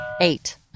eight